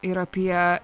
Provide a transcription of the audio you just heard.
ir apie